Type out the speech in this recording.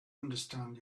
understand